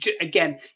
again